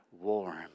warm